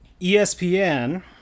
ESPN